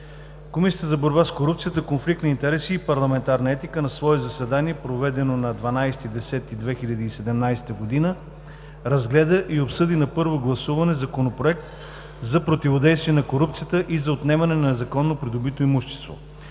Комисията за борба с корупцията, конфликт на интереси и парламентарна етика на свое заседание, проведено на 12 октомври 2017 г. разгледа и обсъди на първо гласуване Законопроект за противодействие на корупцията и за отнемане на незаконно придобито имущество,